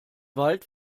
wald